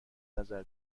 نظر